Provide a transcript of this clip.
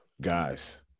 guys